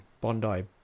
Bondi